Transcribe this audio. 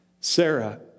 Sarah